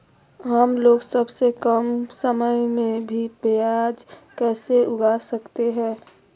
हमलोग सबसे कम समय में भी प्याज कैसे उगा सकते हैं?